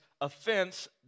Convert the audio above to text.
offense